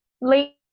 late